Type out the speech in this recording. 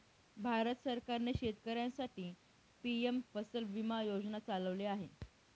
भारत सरकारने शेतकऱ्यांसाठी पी.एम फसल विमा योजना चालवली आहे